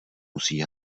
musí